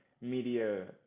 media